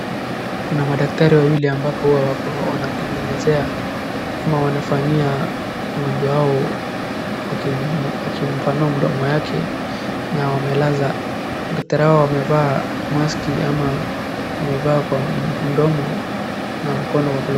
Kuna madaktari wawili ambapo huwa wako wanatengenezea, ama wanafanyia wagonjwa hao, wakimpanua mdomo yake, na wamelaza, daktari hao wamevaa mask ama wamevaa kwa mdomo na mkono wa gloves .